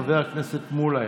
חבר הכנסת מולא,